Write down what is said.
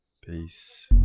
Peace